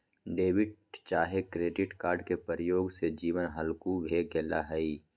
debit चाहे credit card के प्रयोग से जीवन हल्लुक भें गेल हइ